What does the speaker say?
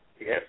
yes